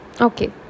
okay